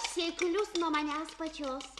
klius nuo manęs pačios